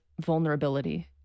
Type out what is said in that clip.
vulnerability